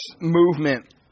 movement